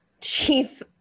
chief